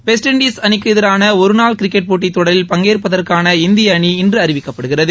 west Indies அணிக்கு எதிரான ஒரு நாள் கிரிக்கெட் போட்டி தொடரில் பங்கேற்பதற்கான இந்திய அணி இன்று அறிவிக்கப்படுகிறது